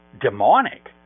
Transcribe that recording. demonic